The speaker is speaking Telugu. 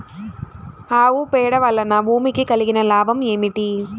ఆవు పేడ వలన భూమికి కలిగిన లాభం ఏమిటి?